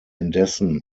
indessen